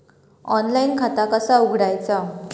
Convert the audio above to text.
Online खाता कसा उघडायचा?